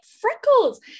freckles